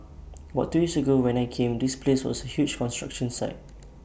about two years ago when I came this place was A huge construction site